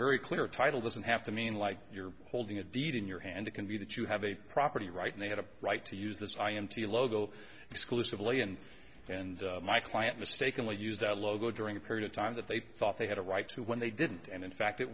very clear title doesn't have to mean like you're holding a deed in your hand it can be that you have a property right and they have a right to use this i m t logo exclusively and and my client mistakenly used that logo during a period of time that they thought they had a right to when they didn't and in fact it